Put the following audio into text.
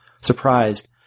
Surprised